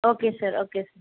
okay sir okay sir